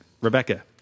Rebecca